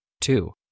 Two